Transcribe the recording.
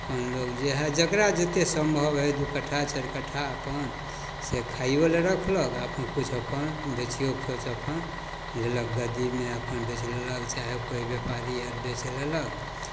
अपन लोक जे हइ जकरा जतेक सम्भव हइ दुइ कट्ठा चारि कट्ठा अपन से खाइओलए रखलक आओर अपन किछु अपन बेचिओ किछु अपन लेलक गद्दीमे अपन बेचि लेलक चाहे कोइ बेपारी आएल बेचि लेलक